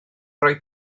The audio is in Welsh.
rhoi